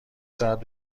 ساعت